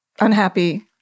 unhappy